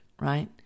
right